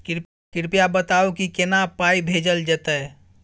कृपया बताऊ की केना पाई भेजल जेतै?